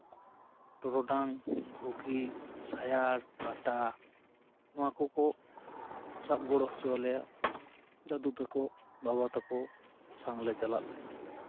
ᱴᱚᱨᱚᱰᱟᱝ ᱜᱷᱩᱜᱤ ᱥᱟᱭᱟᱲ ᱯᱟᱴᱟ ᱱᱚᱣᱟ ᱠᱚᱠᱚ ᱥᱟᱵ ᱜᱚᱲᱚ ᱦᱚᱪᱚᱣᱟᱞᱮᱭᱟ ᱫᱟᱫᱩ ᱛᱟᱠᱚ ᱵᱟᱵᱟ ᱛᱟᱠᱚ ᱥᱟᱣᱞᱮ ᱪᱟᱞᱟᱜ ᱛᱟᱦᱮᱸᱜᱼᱟ